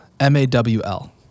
M-A-W-L